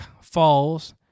Falls